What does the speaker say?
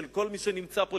של כל מי שנמצא פה,